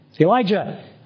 Elijah